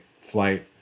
flight